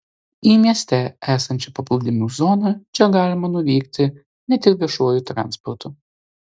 į mieste esančią paplūdimių zoną čia galima nuvykti net ir viešuoju transportu